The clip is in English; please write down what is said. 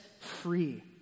free